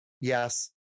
yes